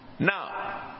Now